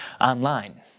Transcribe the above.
online